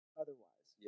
otherwise